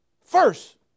First